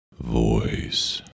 voice